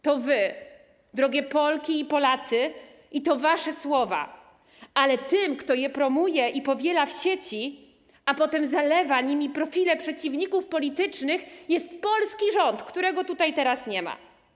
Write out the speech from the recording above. To wy, drogie Polki i Polacy, i to wasze słowa, ale tym, kto je promuje i powiela w sieci, a potem zalewa nimi profile przeciwników politycznych, jest polski rząd, którego tutaj teraz nie ma.